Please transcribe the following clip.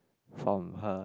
from her